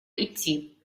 идти